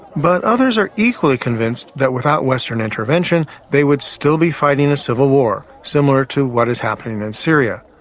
but others are equally convinced that without western intervention they would still be fighting a civil war, similar to what is happening in syria.